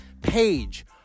Page